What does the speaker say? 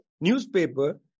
newspaper